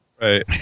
right